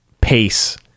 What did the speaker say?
pace